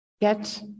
get